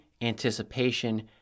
anticipation